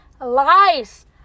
Lies